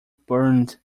burned